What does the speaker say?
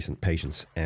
patience